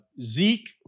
Zeke